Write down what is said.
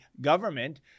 government